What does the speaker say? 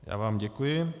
Já vám děkuji.